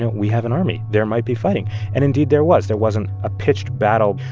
and we have an army. there might be fighting and indeed, there was. there wasn't a pitched battle,